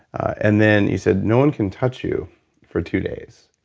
and then you said, no one can touch you for two days.